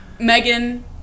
Megan